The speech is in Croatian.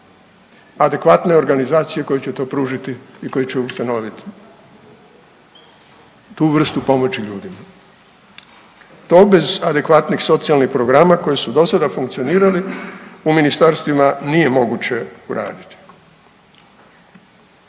adekvatne organizacije koje će to pružiti i koji će ustanoviti tu vrstu pomoći ljudima. To bez adekvatnih socijalnih programa koji su do sada funkcionirali, u ministarstvima nije moguće uraditi.